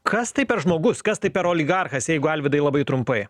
kas tai per žmogus kas tai per oligarchas jeigu alvydai labai trumpai